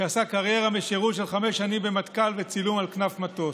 שעשה קריירה משירות של חמש שנים במטכ"ל וצילום על כנף מטוס.